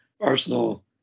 Arsenal